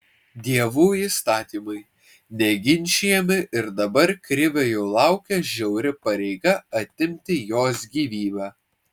dievų įstatymai neginčijami ir dabar krivio jau laukia žiauri pareiga atimti jos gyvybę